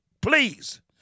Please